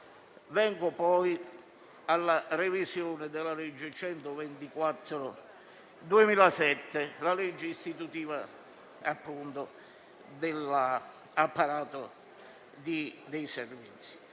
Vengo poi alla revisione della legge n. 124 del 2007, quella istitutiva dell'apparato dei Servizi.